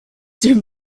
dem